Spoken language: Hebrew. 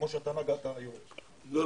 כמו שאתה נגעת היום --- לא,